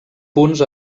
punts